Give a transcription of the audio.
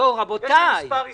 מספר הסתייגויות.